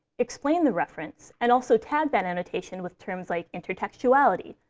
explain the reference, and also tag that annotation with terms like intertextuality,